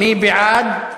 מי בעד?